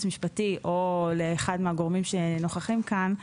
משפטי או לאחד מהגורמים שנוכחים כאן,